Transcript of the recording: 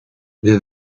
wir